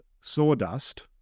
sawdust